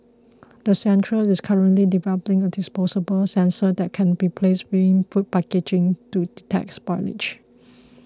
the centre is currently developing a disposable sensor that can be placed within food packaging to detect spoilage